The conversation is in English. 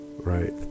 right